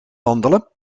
wandelen